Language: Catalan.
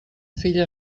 fill